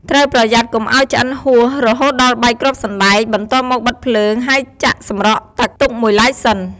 ត្រូវប្រយ័ត្នកុំឱ្យឆ្អិនហួសរហូតដល់បែកគ្រាប់សណ្ដែក បន្ទាប់មក បិទភ្លើង ហើយចាក់សម្រក់ទឹកទុកមួយឡែកសិន។